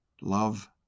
love